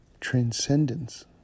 transcendence